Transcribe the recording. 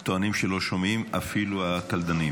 טוענים שלא שומעים, אפילו הקלדנים.